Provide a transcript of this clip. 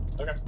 Okay